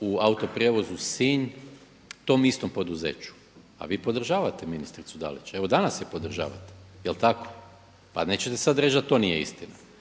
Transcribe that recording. u Autoprijevozu Sinj tom istom poduzeću. A vi podržavate ministricu Dalić, evo danas je podržavate, je li tako? Pa nećete sada reći da to nije istina.